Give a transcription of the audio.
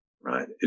right